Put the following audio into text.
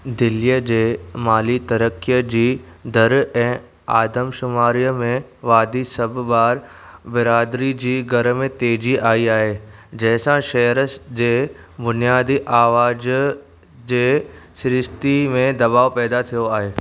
दिल्लीअ जे माली तरक़ीअ जी दर ऐं आदमशुमारीअ में वाधी सभु ॿार बिरादरी जी घर में तेजी आई आहे जंहिं सां शहर जे बुनियादी आवाज जे सृष्टि ते दबाव पैदा थियो आहे